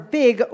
big